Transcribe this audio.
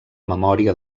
memòria